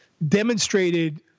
Demonstrated